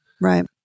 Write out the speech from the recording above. Right